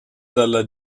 dalla